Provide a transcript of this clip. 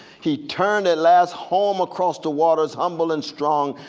he turned at last home across the waters, humble and strong,